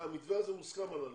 המתווה הזה מוסכם על הנמל?